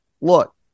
Look